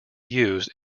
used